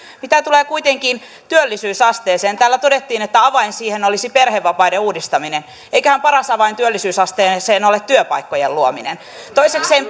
mitä tulee kuitenkin työllisyysasteeseen täällä todettiin että avain siihen olisi perhevapaiden uudistaminen eiköhän paras avain työllisyysasteeseen ole työpaikkojen luominen toisekseen